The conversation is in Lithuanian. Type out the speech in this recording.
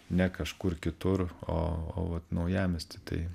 ne kažkur kitur o o vat naujamiesty tai